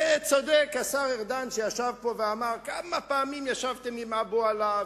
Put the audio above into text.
וצודק השר ארדן שישב פה ואמר: כמה פעמים ישבתם עם אבו עלא?